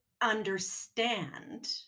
understand